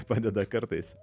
padeda kartais